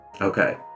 Okay